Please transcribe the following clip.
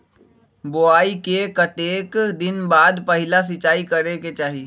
बोआई के कतेक दिन बाद पहिला सिंचाई करे के चाही?